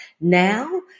now